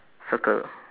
circle